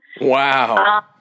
Wow